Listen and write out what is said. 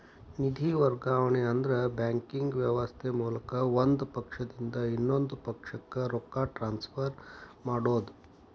ನಿಧಿ ವರ್ಗಾವಣೆ ಅಂದ್ರ ಬ್ಯಾಂಕಿಂಗ್ ವ್ಯವಸ್ಥೆ ಮೂಲಕ ಒಂದ್ ಪಕ್ಷದಿಂದ ಇನ್ನೊಂದ್ ಪಕ್ಷಕ್ಕ ರೊಕ್ಕ ಟ್ರಾನ್ಸ್ಫರ್ ಮಾಡೋದ್